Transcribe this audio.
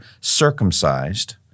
circumcised